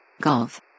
Golf